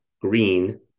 Green